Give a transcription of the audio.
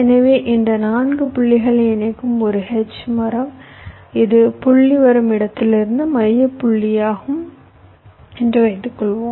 எனவே இந்த 4 புள்ளிகளை இணைக்கும் ஒரு H மரம் இது புள்ளி வரும் இடத்திலிருந்து மைய புள்ளியாகும் என்று வைத்துக்கொள்வோம்